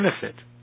benefit